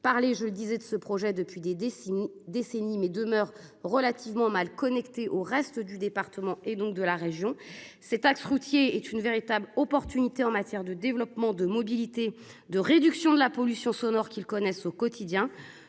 parler, je le disais de ce projet depuis des décennies décennies mais demeure relativement mal connecté au reste du département et donc de la région, cet axe routier est une véritable opportunité en matière de développement de mobilité de réduction de la pollution sonore qu'ils connaissent au quotidien.